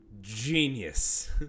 Genius